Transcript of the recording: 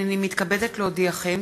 הנני מתכבדת להודיעכם,